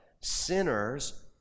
Sinners